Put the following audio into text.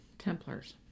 Templars